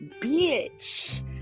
bitch